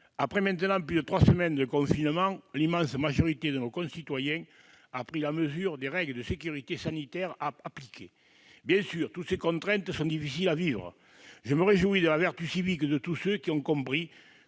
après maintenant plus de trois semaines de confinement, l'immense majorité de nos concitoyens a pris la mesure des règles de sécurité sanitaire à appliquer. Bien sûr, toutes ces contraintes sont difficiles à vivre. Je me réjouis de la vertu civique de tous ceux qui ont compris